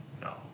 no